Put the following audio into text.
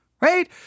right